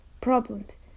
problems